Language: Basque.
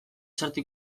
txarto